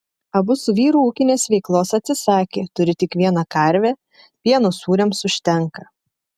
abu su vyru ūkinės veiklos atsisakė turi tik vieną karvę pieno sūriams užtenka